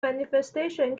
manifestation